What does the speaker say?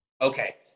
Okay